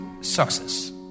success